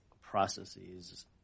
processes